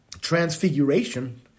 transfiguration